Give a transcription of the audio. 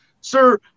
Sir